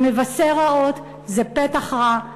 זה מבשר רעות, זה פתח רע,